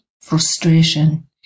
frustration